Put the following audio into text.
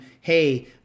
hey